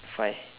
five